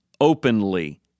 openly